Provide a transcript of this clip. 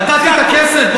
נתתי את הכסף?